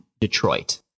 detroit